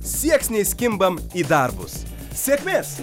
sieksniais kimbam į darbus sėkmės